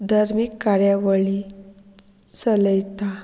धर्मीक कार्यावळी चलयता